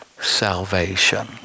Salvation